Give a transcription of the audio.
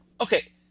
okay